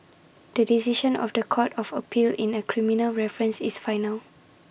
the decision of The Court of appeal in A criminal reference is final